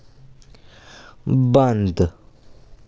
बंद